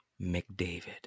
McDavid